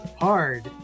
hard